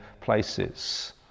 places